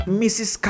mrs